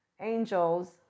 angels